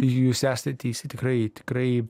jūs esate teisi tikrai tikrai